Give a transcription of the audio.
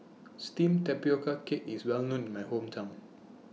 Steamed Tapioca Cake IS Well known in My Hometown